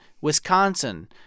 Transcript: Wisconsin